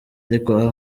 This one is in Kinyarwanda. ariko